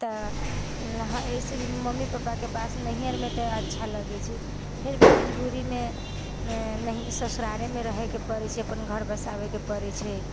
तऽ ऐसे मम्मी पापाके पास नैहरमे तऽ अच्छा लगै छै फिर भी मजबूरीमे नैह ससुरारेमे रहयके पड़ै छै अपन घर बसाबयके पड़ै छै